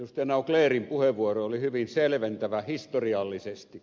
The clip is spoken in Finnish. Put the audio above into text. nauclerin puheenvuoro oli hyvin selventävä historiallisesti